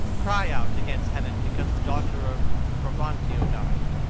cry out against heaven because the daughter of brabantio died.